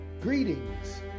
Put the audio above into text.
greetings